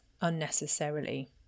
unnecessarily